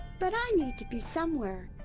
but i need to be somewhere.